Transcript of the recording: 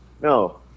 No